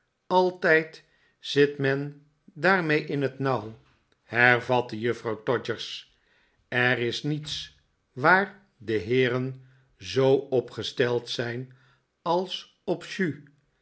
altijd zit men daarmee in het nauw hervatte juffrouw todgers er is niets waar de heeren zoo op gesteld zijn als